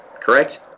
Correct